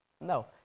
No